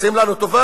עושים לנו טובה?